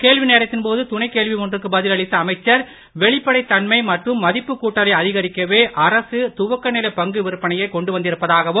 கேள்வி நேரத்தின் போது துணைக் கேள்வி ஒன்றுக்கு பதில் அளித்த அமைச்சர் வெளிப்படைத் தன்மை மற்றும் மதிப்புக் கூட்டலை அதிகரிக்கவே அரசு துவக்கநிலை பங்கு விற்பனையை கொண்டு வந்திருப்பதாகவும்